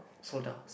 sold out